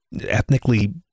ethnically